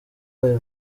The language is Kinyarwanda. aya